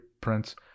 prints